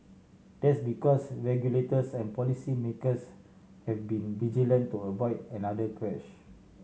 that's because regulators and policy makers have been vigilant to avoid another crash